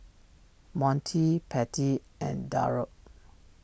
Monty Patty and Darold